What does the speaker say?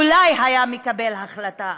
אולי היה מקבל החלטה אחרת.